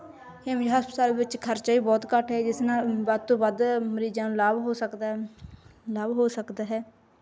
AIIMS ਹਸਪਤਾਲ ਵਿੱਚ ਖਰਚਾ ਵੀ ਬਹੁਤ ਘੱਟ ਹੈ ਜਿਸ ਨਾਲ ਵੱਧ ਤੋਂ ਵੱਧ ਮਰੀਜ਼ਾਂ ਨੂੰ ਲਾਭ ਹੋ ਸਕਦਾ ਲਾਭ ਹੋ ਸਕਦਾ ਹੈ